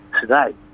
today